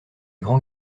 grands